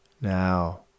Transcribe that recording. Now